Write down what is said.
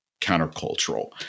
countercultural